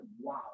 wow